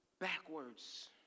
backwards